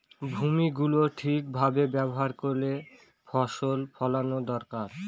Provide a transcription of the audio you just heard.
ভূমি গুলো ঠিক ভাবে ব্যবহার করে ফসল ফোলানো দরকার